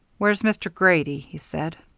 where's mr. grady? he said.